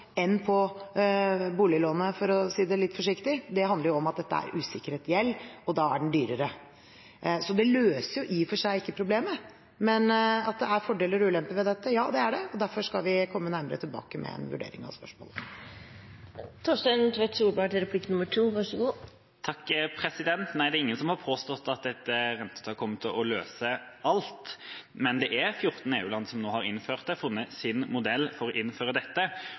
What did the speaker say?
enn på boliglånene, for å si det litt forsiktig. Det handler om at dette er usikret gjeld, og da er den dyrere, så det løser i og for seg ikke problemet. Men at det er fordeler og ulemper ved dette – ja, det er det. Derfor skal vi komme nærmere tilbake med en vurdering av spørsmålet. Nei, det er ingen som har påstått at et rentetak kommer til å løse alt, men det er 14 EU-land som nå har innført det, og har funnet sin modell for å innføre dette.